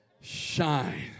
shine